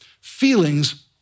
feelings